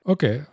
Okay